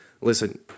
listen